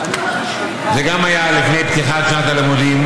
זה גם היה לפני פתיחת שנת הלימודים,